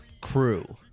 crew